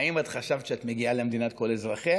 האם את חשבת שאת מגיעה למדינת כל אזרחיה,